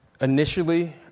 Initially